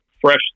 fresh